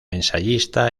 ensayista